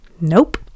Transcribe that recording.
Nope